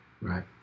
Right